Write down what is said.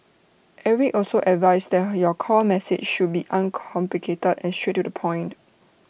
Eric also advised that your core message should be uncomplicated and straight to the point